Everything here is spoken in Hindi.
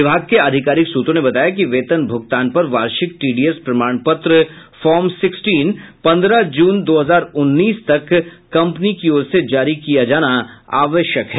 विभाग के आधिकारिक सूत्रों ने बताया कि वेतन भूगतान पर वार्षिक टीडीएस प्रमाण पत्र फार्म सिक्सटीन पंद्रह जून दो हजार उन्नीस तक कंपनी की ओर से जारी किया जाना आवश्यक है